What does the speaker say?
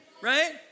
Right